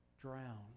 drown